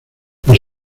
los